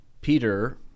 Peter